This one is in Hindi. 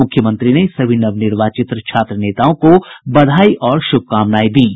मुख्यमंत्री ने सभी नवनिर्वाचित छात्र नेताओं को बधाई और शुभकामनाएं दीं